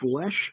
flesh